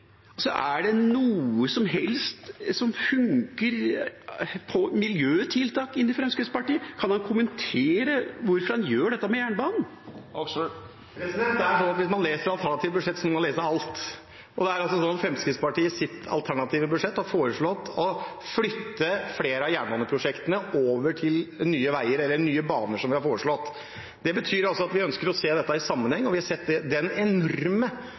Er det noe som helst som funker på miljøtiltak i Fremskrittspartiet? Kan han kommentere hvorfor han gjør dette med jernbanen? Hvis man leser alternative budsjetter, må man lese alt. I Fremskrittspartiets alternative budsjett er det foreslått å flytte flere av jernbaneprosjektene over til Nye Veier, eller Nye Baner, som vi har foreslått. Det betyr at vi ønsker å se dette i sammenheng med den enorme positive effekten Nye Veier har hatt. Det ble latterliggjort den